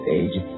age